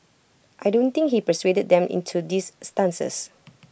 I don't think he persuaded them into these stances